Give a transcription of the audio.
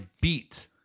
beat